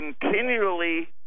continually